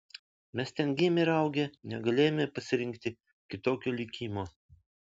mes ten gimę ir augę negalėjome pasirinkti kitokio likimo